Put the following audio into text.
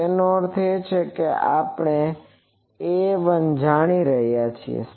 તોએનો અર્થ એ કે આપણે A જાણીએ છીએ